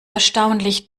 erstaunlich